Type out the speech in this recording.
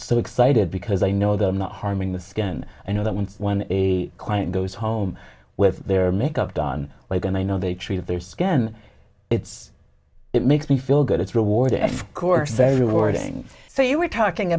so excited because i know they're not harming the skin i know that when a client goes home with their makeup done like and i know they treat their skin it's it makes me feel good it's rewarding course very rewarding so you were talking